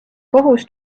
kohus